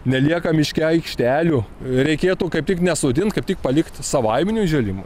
nelieka miške aikštelių reikėtų kaip tik nesodint kaip tik palikt savaiminių žėlimų